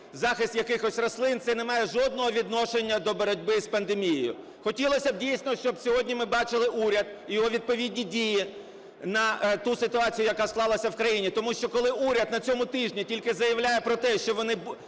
захист якихось рослин – це не має жодного відношення до боротьби з пандемією. Хотілося б дійсно, щоб сьогодні ми бачили уряд і його відповідні дії на ту ситуацію, яка склалася в країні, тому що, коли уряд на цьому тижні тільки заявляє про те, що вони